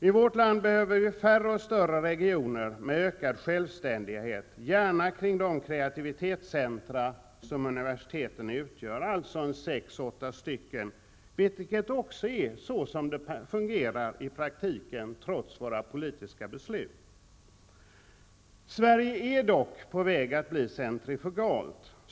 I vårt land behöver vi färre och större regioner med ökad självständighet, gärna kring de kreativitetscentra som universiteten utgör. Det är alltså fråga om 6--8 regioner. Det är också så det fungerar i praktiken, trots våra politiska beslut. Sverige är dock på väg att bli centrifugalt.